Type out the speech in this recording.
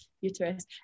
uterus